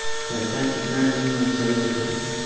पैसा कितना दिन में चल जतई?